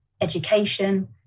education